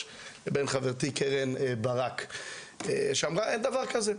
לבין חברתי קרן ברק שאמרה שאין דבר כזה,